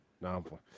No